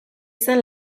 zen